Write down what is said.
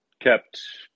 kept